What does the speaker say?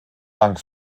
bank